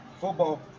football